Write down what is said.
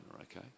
okay